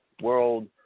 world